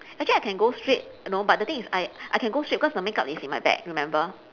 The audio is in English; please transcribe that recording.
actually I can go straight you know but the thing is I I can go straight because my makeup is in my bag remember